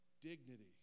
Dignity